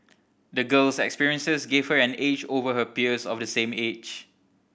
the girl's experiences gave her an edge over her peers of the same age